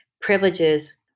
privileges